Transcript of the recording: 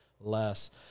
less